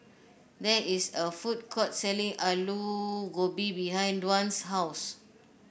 there is a food court selling Aloo Gobi behind Dwan's house